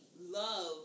love